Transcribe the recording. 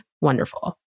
wonderful